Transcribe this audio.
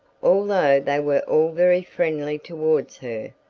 although they were all very friendly towards her.